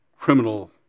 criminal